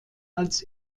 als